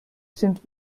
sind